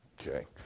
Okay